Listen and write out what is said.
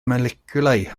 moleciwlau